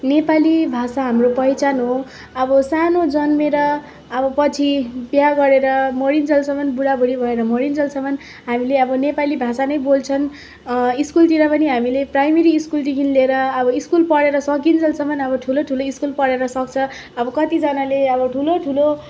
नेपाली भाषा हाम्रो पहिचान हो अब सानो जन्मिएर अब पछि बिहे गरेर मरिन्जलसम्म बुढा बुढी भएर मरिन्जेलसम्म हामीले अब नेपाली भाषा नै बोल्छन् स्कुलतिर पनि हामीले प्राइमेरी स्कुलदेखिन् लिएर अब स्कुल पढेर सकिन्जेलसम्म अब ठुलो ठुलो स्कुलहरू पढेर सक्छ अब कतिजनाले अब ठुलो ठुलो